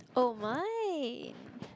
oh my